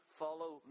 follow